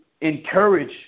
encourage